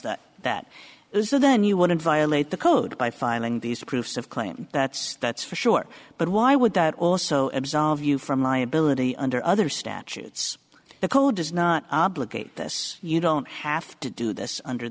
that that is then you wouldn't violate the code by filing these proofs of claim that's that's for sure but why would that also absolve you from liability under other statutes the code does not obligate this you don't have to do this under